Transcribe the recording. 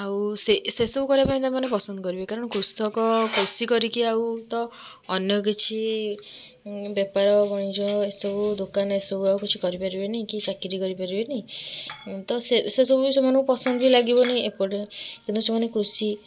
ଆଉ ସେ ସେ ସବୁ କରିବା ପାଇଁ ସେମାନେ ପସନ୍ଦ କରିବେ କାରଣ କୃଷକ କୃଷି କରିକି ଆଉ ତ ଅନ୍ୟ କିଛି ବେପାର ବଣିଜ ଏସବୁ ଦୋକାନ ଏସବୁ ଆଉ କିଛି କରି ପାରିବେନି କି ଚାକିରି କରି ପାରିବେନି ତ ସେ ସେସବୁ ସେମାନଙ୍କୁ ପସନ୍ଦ ବି ଲାଗିବନି ଏପଟେ କିନ୍ତୁ ସେମାନେ କୃଷି